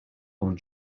own